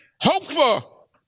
hopeful